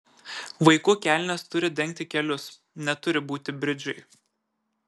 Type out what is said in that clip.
vaikų kelnės turi dengti kelius neturi būti bridžai